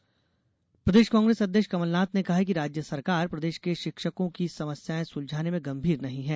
कमलनाथ प्रदेश कांग्रेस अध्यक्ष कमलनाथ ने कहा है कि राज्य सरकार प्रदेश के शिक्षकों की समस्यायें सुलझाने में गंभीर नहीं है